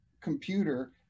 computer